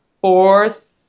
fourth